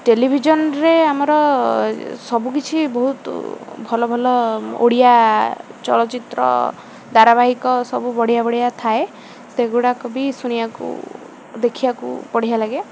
ଟେଲିଭିଜନ୍ରେ ଆମର ସବୁକିଛି ବହୁତୁ ଭଲ ଭଲ ଓଡ଼ିଆ ଚଳଚ୍ଚିତ୍ର ଧାରାବାହିକ ସବୁ ବଢ଼ିଆ ବଢ଼ିଆ ଥାଏ ସେଗୁଡ଼ାକ ବି ଶୁଣିବାକୁ ଦେଖିବାକୁ ବଢ଼ିଆ ଲାଗେ